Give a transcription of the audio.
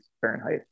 Fahrenheit